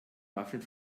waffeln